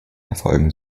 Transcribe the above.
erfolgen